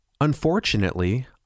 Unfortunately